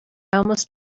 almost